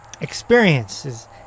experiences